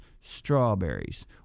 strawberries